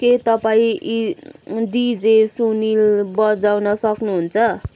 के तपाईँ यी अँ डिजे सुनिल बजाउन सक्नुहुन्छ